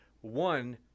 one